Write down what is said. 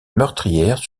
meurtrière